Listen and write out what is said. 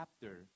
chapter